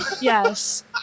Yes